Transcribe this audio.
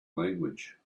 language